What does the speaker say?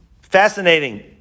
fascinating